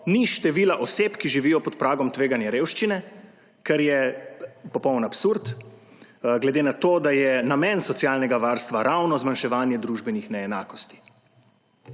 ni števila oseb, ki živijo pod pragom tveganja revščine, kar je popoln absurd, glede na to da je namen socialnega varstva ravno zmanjševanje družbenih neenakosti.